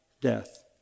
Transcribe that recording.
death